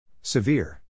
Severe